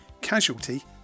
Casualty